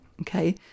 okay